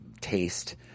taste